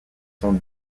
sont